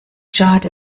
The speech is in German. schade